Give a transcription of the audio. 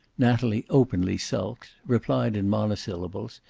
natalie openly sulked, replied in monosyllables,